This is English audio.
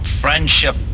Friendship